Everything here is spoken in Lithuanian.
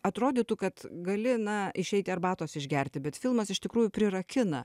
atrodytų kad gali na išeiti arbatos išgerti bet filmas iš tikrųjų prirakina